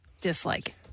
dislike